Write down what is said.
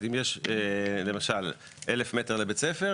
אם יש למשל 1,000 מטר לבית ספר,